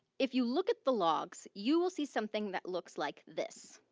if you look at the logs you will see something that looks like this